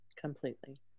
Completely